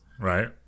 right